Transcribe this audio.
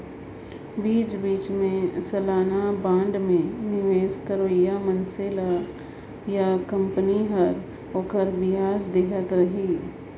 बीच बीच मे सलाना बांड मे निवेस करोइया मइनसे ल या कंपनी हर ओखर बियाज देहत रही